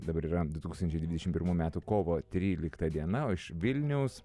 dabar yra du tūkstančiai dvidešimt pirmų metų kovo trylikta diena o iš vilniaus